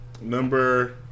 Number